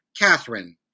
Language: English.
Catherine